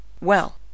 Well